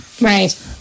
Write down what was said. Right